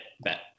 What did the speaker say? bet